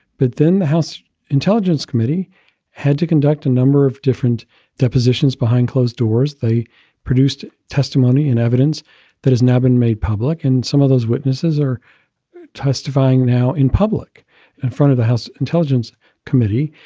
but then the house intelligence committee had to conduct a number of different depositions behind closed doors. they produced testimony and evidence that has now been made public in some of those witnesses are testifying now in public in front of the house intelligence committee,